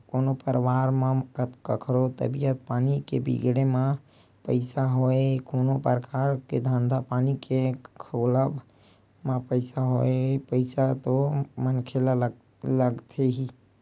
कोनो परवार म कखरो तबीयत पानी के बिगड़े म पइसा होय कोनो परकार के धंधा पानी के खोलब म पइसा होय पइसा तो मनखे ल लगथे ही